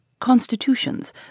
constitutions